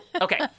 Okay